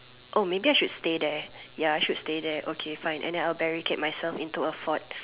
oh maybe I should stay there ya I should stay there okay fine and then I will barricade myself into a fort